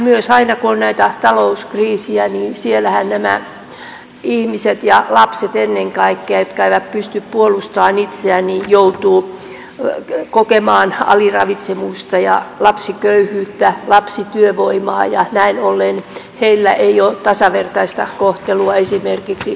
myös aina kun on näitä talouskriisejä niin ihmiset ja ennen kaikkea lapset jotka eivät pysty puolustamaan itseään joutuvat kokemaan aliravitsemusta ja lapsiköyhyyttä lapsityövoimaa ja näin ollen heillä ei ole tasavertaista kohtelua esimerkiksi koulunkäynnissä